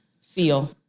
feel